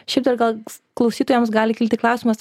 šiaip dar gal klausytojams gali kilti klausimas